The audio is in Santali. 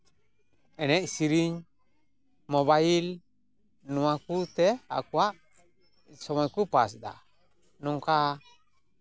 ᱮᱱᱮᱡᱼᱥᱮᱨᱮᱧ ᱢᱳᱵᱟᱭᱤᱞ ᱱᱚᱣᱟ ᱠᱚᱛᱮ ᱟᱠᱚᱣᱟᱜ ᱥᱚᱢᱚᱭ ᱠᱚ ᱯᱟᱥ ᱮᱫᱟ ᱱᱚᱝᱠᱟ